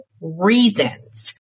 reasons